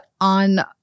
on